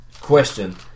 question